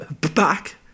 back